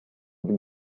big